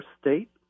state